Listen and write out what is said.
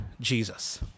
Jesus